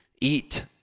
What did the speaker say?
eat